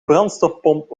brandstofpomp